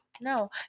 no